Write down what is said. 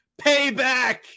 payback